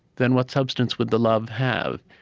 then what substance would the love have?